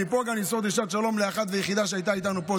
מפה נמסור גם דרישת שלום לאחת והיחידה שהייתה איתנו פה,